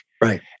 right